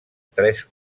tres